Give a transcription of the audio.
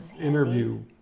interview